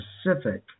specific